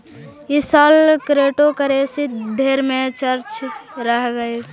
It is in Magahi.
ई साल क्रिप्टोकरेंसी ढेर चर्चे में रहलई हे